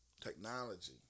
Technology